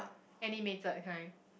animated kind